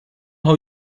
how